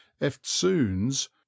eftsoons